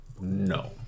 no